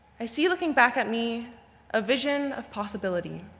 i see looking back at me a vision of possibility,